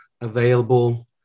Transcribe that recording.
available